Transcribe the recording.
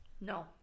No